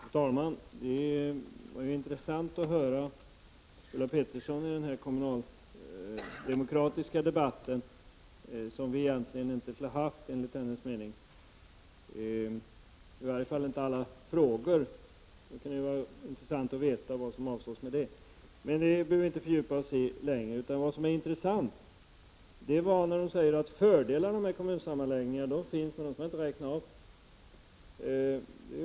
Fru talman! Det var intressant att höra Ulla Pettersson i den kommunaldemokratiska debatt som vi enligt hennes mening egentligen inte skulle ha haft. I varje fall skulle inte alla frågor förekomma. Det kunde vara intressant att få veta vad som avsågs med det. Men det behöver vi inte fördjupa oss i längre. Det som var intressant var när hon sade att fördelarna med kommunsammanläggningar finns, men dem skulle man inte räkna upp.